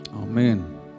Amen